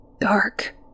dark